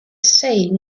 say